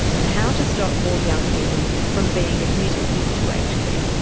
and how to stop more young people from being admitted into aged care.